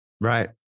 Right